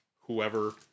whoever